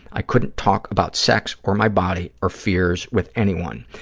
i couldn't talk about sex or my body or fears with anyone.